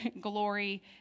glory